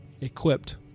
Equipped